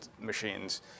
machines